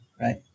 right